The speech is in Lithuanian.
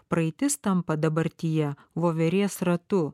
praeitis tampa dabartyje voverės ratu